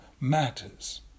matters